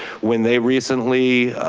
when they recently